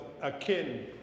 akin